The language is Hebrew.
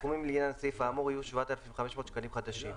הסכומים לעניין הסעיף האמור יהיו 7,500 שקלים חדשים.